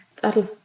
that'll